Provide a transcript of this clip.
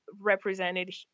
represented